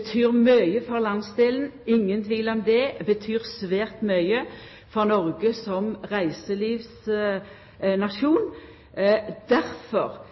betyr mykje for landsdelen, det er ingen tvil om det, og ho betyr svært mykje for Noreg som reiselivsnasjon.